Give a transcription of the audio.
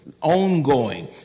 ongoing